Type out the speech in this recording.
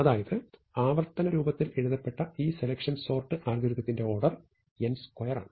അതായത് ആവർത്തന രൂപത്തിൽ എഴുതപ്പെട്ട ഈ സെലക്ഷൻ സോർട്ട് അൽഗോരിതത്തിന്റെ ഓർഡർ n2 ആണ്